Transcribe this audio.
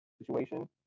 Situation